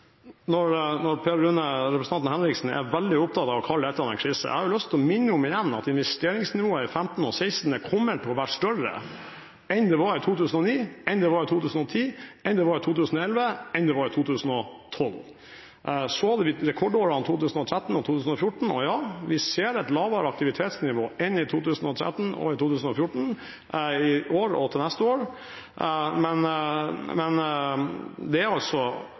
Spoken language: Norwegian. når representanten Per Rune Henriksen er veldig opptatt av å kalle dette en krise, har jeg lyst til igjen å minne om at investeringsnivået i 2015 og 2016 kommer til å bli større enn det var i 2009, i 2010, i 2011 og i 2012, og så hadde vi rekordårene 2013 og 2014. Vi ser i år og for neste år et lavere aktivitetsnivå enn i 2013 og i 2014, men vi kommer altså fra et historisk høyt nivå. Det er